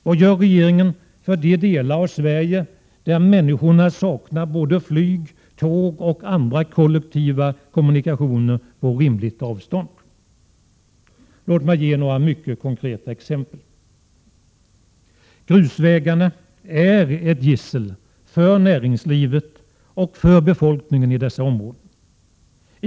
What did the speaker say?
Vad gör regeringen för de delar av Sverige där människorna saknar både flyg, tåg och andra kollektiva kommunikationer på rimligt avstånd? Låt mig ge några mycket konkreta exempel. Grusvägarna är ett gissel för näringslivet och för befolkningen i dessa områden.